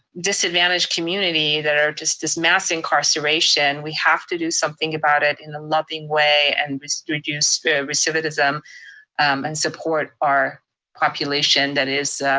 disadvantaged community that are just this mass incarceration. we have to do something about it in a loving way and reduce recidivism and support our population. that is,